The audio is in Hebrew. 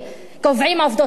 קובעים עובדות בשטח,